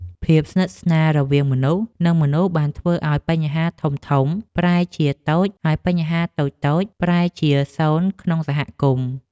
ភាពស្និទ្ធស្នាលរវាងមនុស្ស និងមនុស្សបានធ្វើឱ្យបញ្ហាធំៗប្រែជាតូចហើយបញ្ហាតូចៗប្រែជាសូន្យក្នុងសហគមន៍។